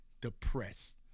depressed